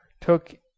took